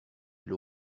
elle